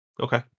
Okay